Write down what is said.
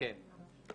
כן.